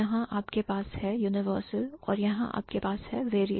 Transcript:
फिर यहां आपके पास है universal और यहां आपके पास है variation